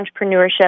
entrepreneurship